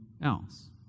else